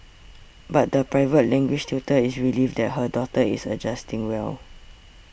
but the private language tutor is relieved that her daughter is adjusting well